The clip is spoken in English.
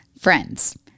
friends